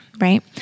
right